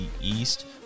East